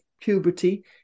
puberty